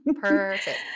Perfect